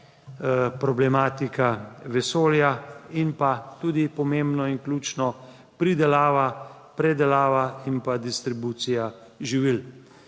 problematika vesolja in pa, tudi pomembno in ključno, pridelava, predelava in pa distribucija živil.